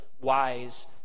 wise